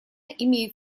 имеет